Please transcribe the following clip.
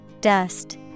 Dust